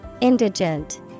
indigent